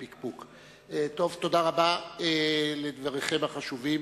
תודה רבה על דבריכם החשובים.